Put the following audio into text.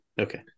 Okay